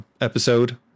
episode